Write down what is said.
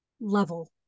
level